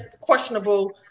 questionable